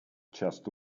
часто